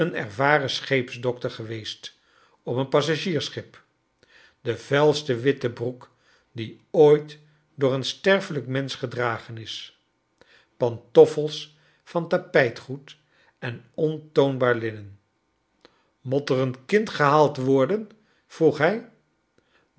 ervaren scheepsdokter geweest op een passagiersschip de vuilste witte broek die ooit door een sterf'elijk mensch gedragen is pantoffels van tapijtgoed en ontoonbaar linnen mot er een kind gehaald worden vroeg hij